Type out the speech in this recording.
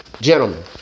Gentlemen